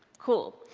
cool.